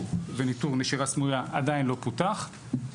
וניתור נשירה סמויה עדיין לא פותח,